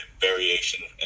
variation